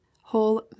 whole